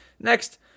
next